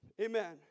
Amen